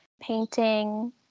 Painting